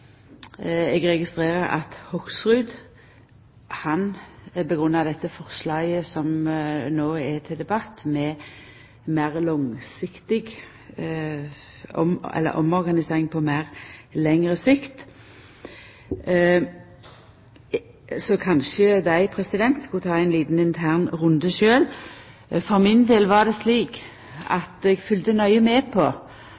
Eg registrerer at Hoksrud grunngav dette forslaget som no er til debatt, med omorganisering på lengre sikt. Kanskje dei skulle ta ein liten intern runde. For min del var det slik